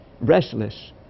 restless